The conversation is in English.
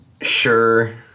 sure